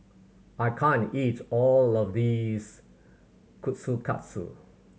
I can't eat all of this Kushikatsu